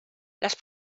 les